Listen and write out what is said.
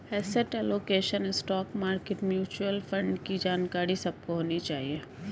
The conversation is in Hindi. asset allocation, stock market, mutual fund की जानकारी सबको होनी चाहिए